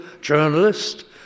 journalist